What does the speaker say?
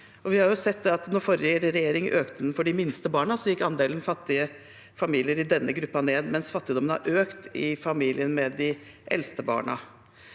den forrige regjering økte den for de minste barna, gikk andelen fattige familier i denne gruppen ned, mens fattigdommen har økt i familier med de eldste barna.